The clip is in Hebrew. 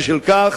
בשל כך,